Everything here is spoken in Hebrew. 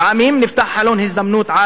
לפעמים נפתח חלון הזדמנויות.